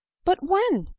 but when?